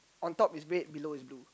on top is red below is blue